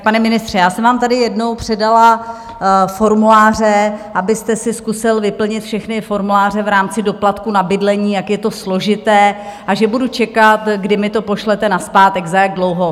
Pane ministře, já jsem vám tady jednou předala formuláře, abyste si zkusil vyplnit všechny formuláře v rámci doplatku na bydlení, jak je to složité, a že budu čekat, kdy mi to pošlete nazpátek, za jak dlouho.